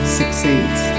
succeeds